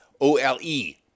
O-L-E